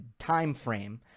timeframe